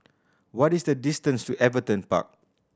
what is the distance to Everton Park